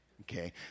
Okay